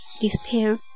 despair